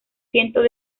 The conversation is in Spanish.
cientos